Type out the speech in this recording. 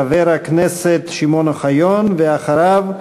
חבר הכנסת שמעון אוחיון, ואחריו,